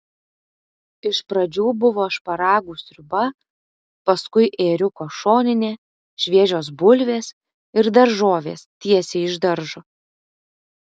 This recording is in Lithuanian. iš pradžių buvo šparagų sriuba paskui ėriuko šoninė šviežios bulvės ir daržovės tiesiai iš daržo